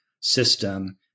system